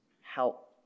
help